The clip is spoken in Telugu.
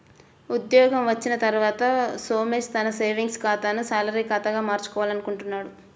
ఉద్యోగం వచ్చిన తర్వాత సోమేష్ తన సేవింగ్స్ ఖాతాను శాలరీ ఖాతాగా మార్చుకోవాలనుకుంటున్నాడు